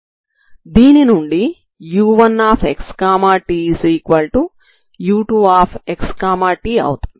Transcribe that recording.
దీని నుండి u1xtu2xt అవుతుంది